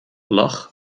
lag